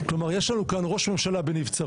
כלומר יש לנו כאן ראש ממשלה בנבצרות,